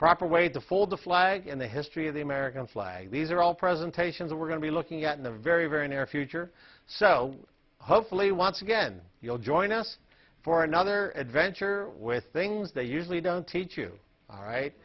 proper way to fold the flag in the history of the american flag these are all presentations we're going to be looking at in a very very near future so hopefully once again you'll join us for another adventure with things they usually don't teach you all right